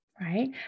right